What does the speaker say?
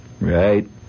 Right